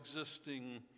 existing